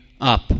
up